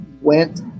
went